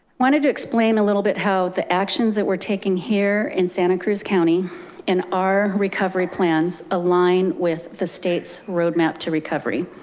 wanted to explain a little bit how the actions that we're taking here in santa cruz county in our recovery plans align with the state's roadmap to recovery.